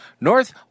North